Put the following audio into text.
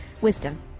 Wisdom